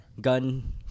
gun